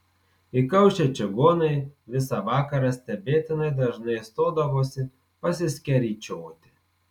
įkaušę čigonai visą vakarą stebėtinai dažnai stodavosi pasiskeryčioti